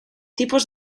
tipos